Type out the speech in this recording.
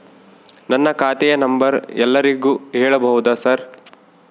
ನನ್ನ ಖಾತೆಯ ನಂಬರ್ ಎಲ್ಲರಿಗೂ ಹೇಳಬಹುದಾ ಸರ್?